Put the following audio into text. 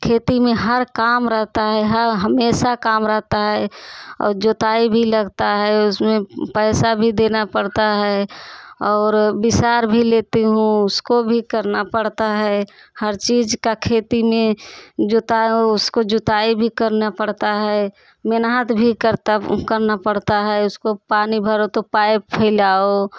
खेती में हर काम रहता है हर हमेशा काम रहता है और जोताई भी लगता है उसमें पैसा भी देना पड़ता है और बिसार भी लेती हूँ उसको भी करना पड़ता है हर चीज का खेती में जुताओ उसको जुताई भी करना पड़ता है मेहनत भी करता करना पड़ता है उसको पानी भरो तो पाइप फैलाओ